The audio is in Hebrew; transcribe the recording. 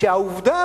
שהעובדה